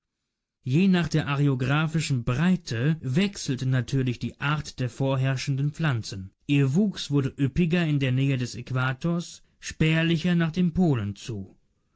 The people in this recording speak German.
je nach der areographischen breite wechselte natürlich die art der vorherrschenden pflanzen ihr wuchs wurde üppiger in der nähe des äquators spärlicher nach den polen zu